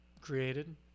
created